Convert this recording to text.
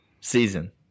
season